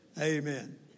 Amen